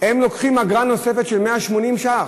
הם לוקחים אגרה נוספת של 180 ש"ח?